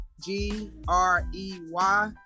G-R-E-Y